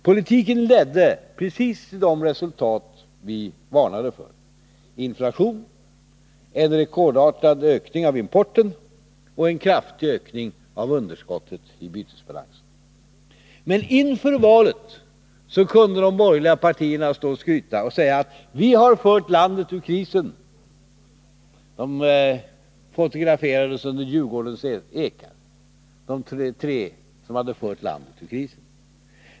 Politiken ledde precis till de resultat vi varnade för: inflation, en rekordartad ökning av importen och en kraftig ökning av underskottet i bytesbalansen. Men inför valet kunde de borgerliga partierna stå och skryta och säga: Vi har fört landet ur krisen. De fotograferades under Djurgårdens ekar — de tre som fört landet ur krisen.